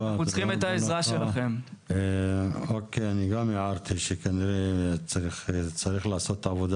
אני גם הערתי שכנראה צריך לעשות עבודה